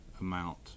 amount